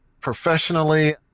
professionally